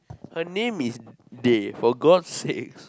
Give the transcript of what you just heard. her name is Dhey for gods sakes